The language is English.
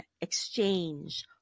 exchange